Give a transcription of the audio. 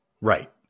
Right